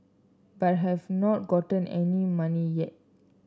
but have not gotten any money yet